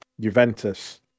Juventus